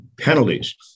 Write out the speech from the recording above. penalties